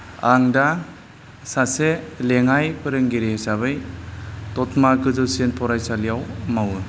आं दा सासे लेङाइ फोरोंगिरि हिसाबै दतमा गोजौसिन फरायसालियाव मावो